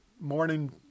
morning